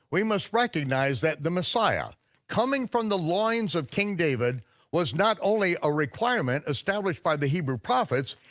we must recognize that the messiah coming from the loins of king david was not only a requirement established by the hebrew prophets,